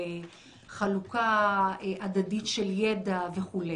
לחלוקה הדדית של ידע וכולי.